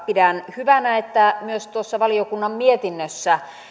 pidän hyvänä että myös valiokunnan mietinnössä